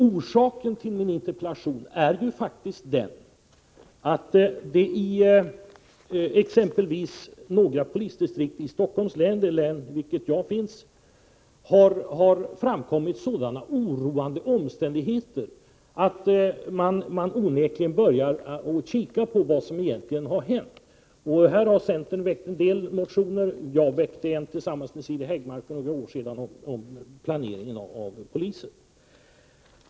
Orsaken till min interpellation är faktiskt den att det i exempelvis några polisdistrikt i Stockholms län — det län i vilket jag finns — onekligen har framkommit sådana oroande omständigheter att man börjar att titta på vad som egentligen har hänt. Centern har väckt en del motioner i anledning av detta, och jag väckte för några år sedan tillsammans med Siri Häggmark en motion om planeringen av polisens verksamhet.